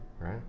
Right